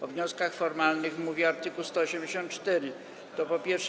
O wnioskach formalnych mówi art. 184, to po pierwsze.